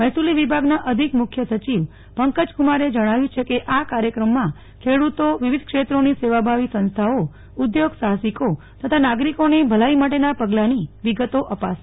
મહેસૂલ વિભાગના અધિક મુખ્ય સચિવ પંકજકુમારે જણાવ્યુ છે કે આ કાર્યક્રમમાં ખેડૂતો વિવિધ ક્ષેત્રોની સેવાભાવી સંસ્થાઓ ઉદ્યોગ સાહસિકો તથા નાગરિકોની ભલાઈ માટેના પગલાની વિગતો અપાશે